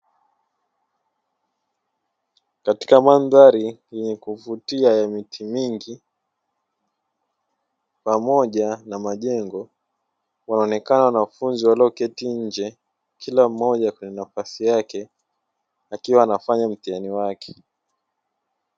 Katika mandhari yenye kuvutia ya miti mingi pamoja na majengo, wanaonekana wanafunzi walioketi nje kila mmoja kwenye nafasi yake akiwa anafanya mitihani wake.